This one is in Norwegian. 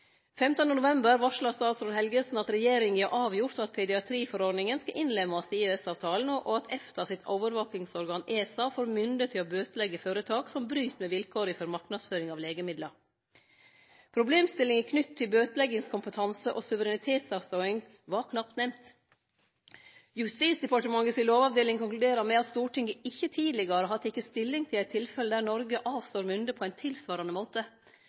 november varsla statsråd Helgesen at regjeringa har avgjort at pediatriforordninga kan innlemmast i EØS-avtalen, og at EFTA sitt overvakingsorgan, ESA, får mynde til å bøteleggje føretak som bryt med vikåra for marknadsføring av legemidlar. Problemstillinga knytt til bøteleggingskompetanse og suverenitetsavståing var knapt nemnt. Justisdepartementet si lovavdeling konkluderer med at Stortinget ikkje tidlegare har teke stilling til eit tilfelle der Noreg avstår mynde på ein tilsvarande måte.